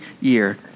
year